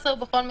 בגדול,